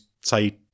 say